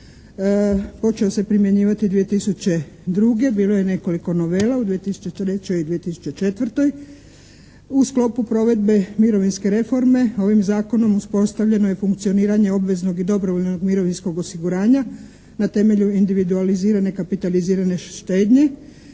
počeo se primjenjivati 2002. Bilo je nekoliko novela u 2003. i 2004. U sklopu provedbe mirovinske reforme ovim zakonom uspostavljeno je funkcioniranje obveznog i dobrovoljnog mirovinskog osiguranja na temelju individualizirane kapitalizirane štednje.